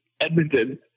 Edmonton